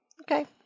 okay